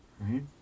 right